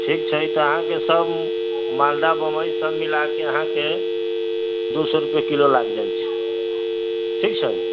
ठीक छै तऽ अहाँके सब मालदह बम्बइ सब मिला के अहाँके दू सए रुपैआ किलो लाग जाइत छै ठीक छै